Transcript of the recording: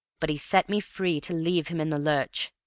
but he set me free to leave him in the lurch.